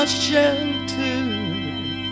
shelter